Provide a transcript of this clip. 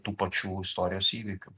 tų pačių istorijos įvykių